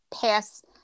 pass